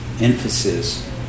emphasis